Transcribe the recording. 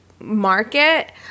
market